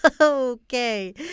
Okay